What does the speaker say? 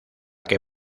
que